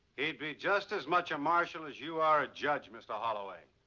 he'd be just as much a marshal as you are ajudge, mr. holloway.